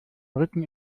brücken